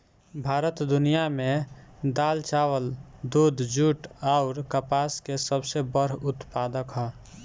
भारत दुनिया में दाल चावल दूध जूट आउर कपास के सबसे बड़ उत्पादक ह